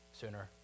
sooner